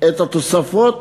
את התוספות